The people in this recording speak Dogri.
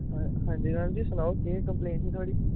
हां जी मैड़म जी सनाओ केह् कंपलेन ही थुआढ़ी